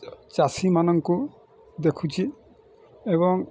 ଚାଷୀମାନଙ୍କୁ ଦେଖୁଛି ଏବଂ